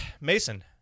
Mason